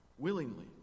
willingly